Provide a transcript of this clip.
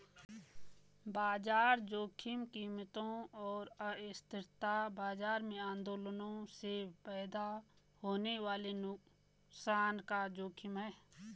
बाजार जोखिम कीमतों और अस्थिरता बाजार में आंदोलनों से पैदा होने वाले नुकसान का जोखिम है